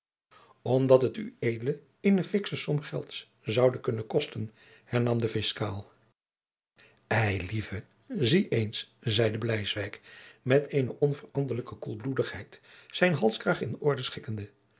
omdat het ued eene fiksche som gelds zoude kunnen kosten hernam de fiscaal eilieve zie eens zeide bleiswyk met eene onveranderlijke koelbloedigheid zijn halskraag in orde schikkende